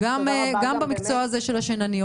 גם במקצוע הזה של השינניות,